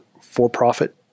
for-profit